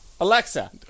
Alexa